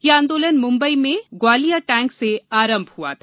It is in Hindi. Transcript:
यह आंदोलन मुम्बई में ग्वालिया टैंक से आरम्म हुआ था